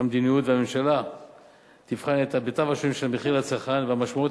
הממשלה את היבטיו השונים של המחיר לצרכן והמשמעויות